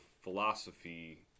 philosophy